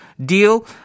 deal